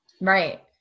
Right